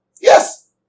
Yes